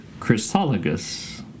Chrysologus